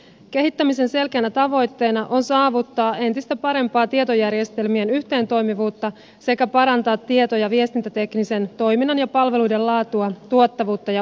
kehittämisen selkeänä tavoitteena on saavuttaa entistä parempaa tietojärjestelmien yhteentoimivuutta sekä parantaa tieto ja viestintäteknisen toiminnan ja palveluiden laatua tuottavuutta ja ohjausta